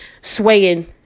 swaying